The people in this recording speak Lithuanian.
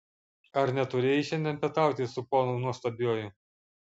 ar neturėjai šiandien pietauti su ponu nuostabiuoju